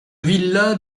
villa